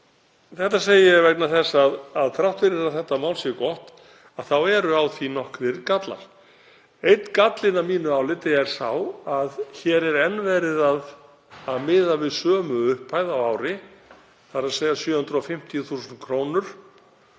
Þetta segi ég vegna þess að þrátt fyrir að þetta mál sé gott þá eru á því nokkrir gallar. Einn gallinn að mínu áliti er sá að hér er enn verið að miða við sömu upphæð á ári, 750.000 kr.,